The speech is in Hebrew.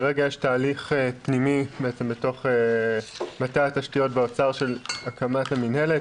כרגע יש תהליך פנימי בתוך מטה התשתיות באוצר של הקמת המינהלת,